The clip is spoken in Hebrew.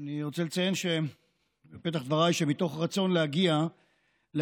אני רוצה לציין בפתח דבריי שמתוך רצון להגיע להבנות